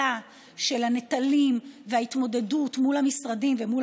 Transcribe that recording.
הוא שכחלק מהקלה של הנטל וההתמודדות מול המשרדים ומול